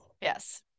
yes